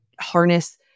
harness